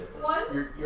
One